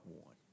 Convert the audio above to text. one